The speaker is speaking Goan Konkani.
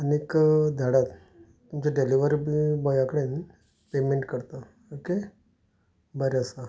एक धाडात तुमचे डॅलिवरी बी बॉया कडेन पेमँट करता ओके बरें आसा